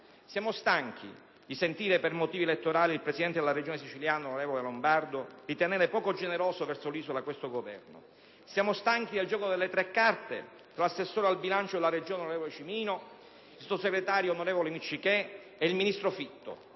Siamo stanchi di sentire per motivi elettorali il Presidente della Regione siciliana, l'onorevole Lombardo, ritenere poco generoso verso l'isola questo Governo. Siamo stanchi del gioco delle tre carte, tra assessore al bilancio della Regione, onorevole Cimino, il sottosegretario, onorevole, Micciché e il ministro Fitto.